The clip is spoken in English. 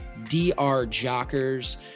drjockers